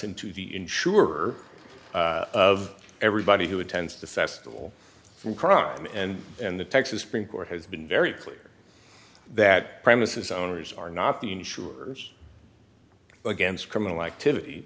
into the insurer of everybody who attends the festival from crime and in the texas supreme court has been very clear that premises owners are not the insurers against criminal activity